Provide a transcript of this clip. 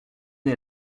est